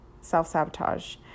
self-sabotage